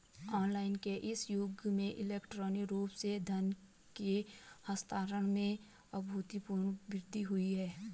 online के इस युग में इलेक्ट्रॉनिक रूप से धन के हस्तांतरण में अभूतपूर्व वृद्धि हुई है